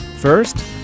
First